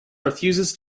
refuses